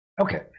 okay